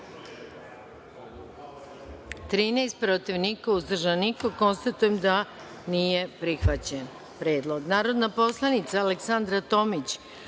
13, protiv – niko, uzdržanih – nema. Konstatujem da nije prihvaćen predlog. Narodna poslanica Aleksandra Tomić